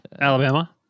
Alabama